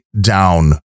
down